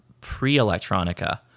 pre-Electronica